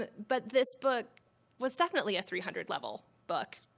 but but this book was definitely a three hundred level book.